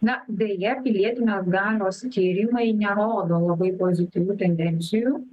na deja pilietinės galios tyrimai nerodo labai pozityvių tendencijų